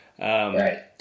right